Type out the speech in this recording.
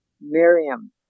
Miriam